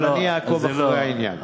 אבל אני אעקוב אחרי העניין.